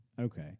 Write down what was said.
Okay